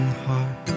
heart